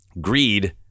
greed